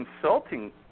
consulting